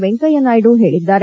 ವೆಂಕಯ್ಯ ನಾಯ್ದು ಹೇಳಿದ್ದಾರೆ